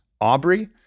Aubrey